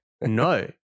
No